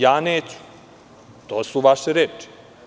Ja neću, to su vaše reči.